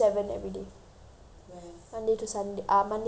monday to sund~ ah monday to friday sin ming